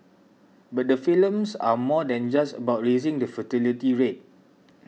but the films are more than just about raising the fertility rate